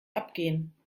abgehen